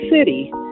city